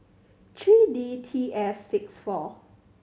three D T F six four